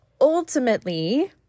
Ultimately